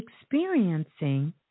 experiencing